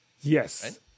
Yes